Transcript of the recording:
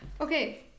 Okay